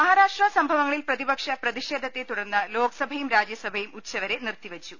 മഹാരാഷ്ട്ര സംഭവങ്ങളിൽ പ്രതിപക്ഷ പ്രതിഷേധത്തെ തുടർന്ന് ലോക്സഭയും രാജ്യസഭയും ഉച്ചവരെ നിർത്തി വെച്ചു